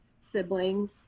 siblings